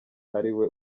ariwe